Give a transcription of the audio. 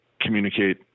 communicate